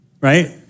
right